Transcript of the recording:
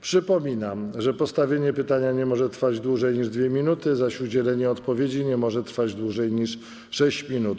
Przypominam, że postawienie pytania nie może trwać dłużej niż 2 minuty, zaś udzielenie odpowiedzi nie może trwać dłużej niż 6 minut.